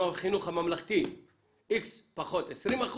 בחינוך הממלכתי איקס פחות 20%,